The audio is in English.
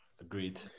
agreed